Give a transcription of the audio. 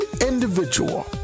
individual